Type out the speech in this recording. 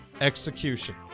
execution